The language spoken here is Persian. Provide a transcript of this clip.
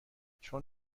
چون